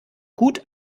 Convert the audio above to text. gut